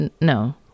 No